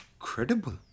incredible